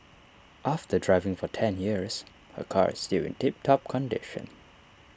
after driving for ten years her car is still in tip top condition